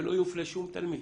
שלא יופלה שום תלמיד